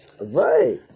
right